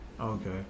Okay